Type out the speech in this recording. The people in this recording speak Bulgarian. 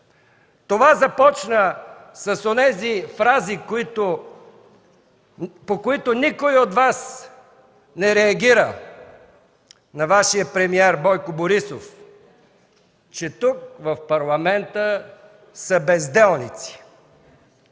Това започна с онези фрази, на които никой от Вас не реагира, на Вашия премиер Бойко Борисов, че тук, в Парламента, са безделници!